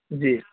جی